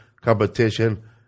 competition